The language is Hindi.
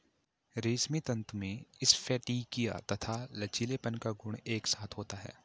रेशमी तंतु में स्फटिकीय तथा लचीलेपन का गुण एक साथ होता है